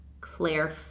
claire